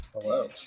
Hello